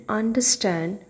understand